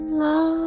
love